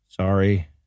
Sorry